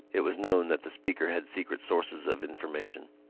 it was known that the speaker had secret sources of information.